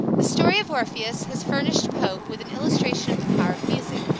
the story of orpheus has furnished pope with an illustration of the power of music,